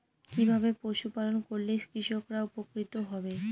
কিভাবে পশু পালন করলেই কৃষকরা উপকৃত হবে?